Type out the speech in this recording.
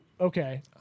okay